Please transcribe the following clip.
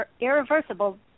irreversible